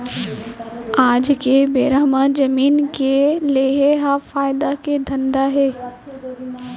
आज के बेरा म जमीन के लेहे ह फायदा के धंधा हे